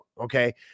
okay